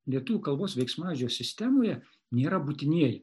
lietuvių kalbos veiksmažodžio sistemoje nėra būtinieji